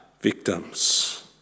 victims